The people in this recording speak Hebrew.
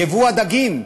ייבוא הדגים,